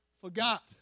forgot